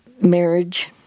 marriage